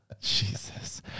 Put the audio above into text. Jesus